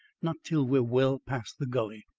not till we are well past the gully.